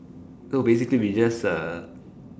so basically we just uh